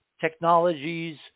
technologies